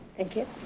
thank you.